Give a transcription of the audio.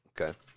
Okay